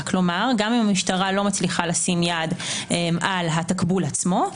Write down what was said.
כלומר גם אם המשטרה לא מצליחה לשים יד על התקבול עצמו,